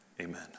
Amen